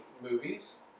movies